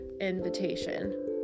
invitation